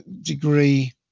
degree